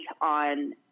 on